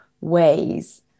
ways